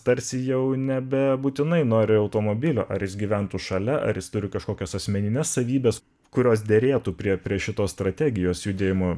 tarsi jau nebe būtinai nori automobilio ar jis gyventų šalia ar jis turi kažkokias asmenines savybes kurios derėtų prie prie šitos strategijos judėjimo